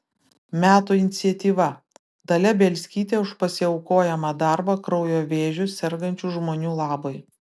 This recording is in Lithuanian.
metų iniciatyva dalia bielskytė už pasiaukojamą darbą kraujo vėžiu sergančių žmonių labui